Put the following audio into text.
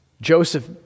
Joseph